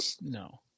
no